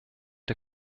der